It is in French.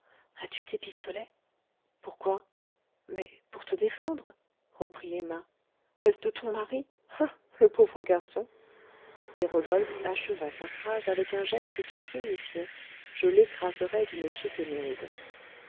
as-tu tes pistolets pourquoi mais pour te défendre reprit emma est-ce de ton mari ah le pauvre garçon et rodolphe acheva sa phrase avec un geste qui signifiait je l'écraserais d'une chiquenaude